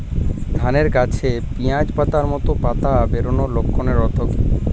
ধানের গাছে পিয়াজ পাতার মতো পাতা বেরোনোর লক্ষণের অর্থ কী?